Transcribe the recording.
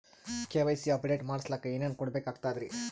KYC update ಮಾಡಸ್ಲಕ ಏನೇನ ಕೊಡಬೇಕಾಗ್ತದ್ರಿ?